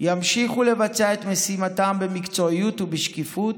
ימשיכו לבצע את משימתם במקצועיות ובשקיפות,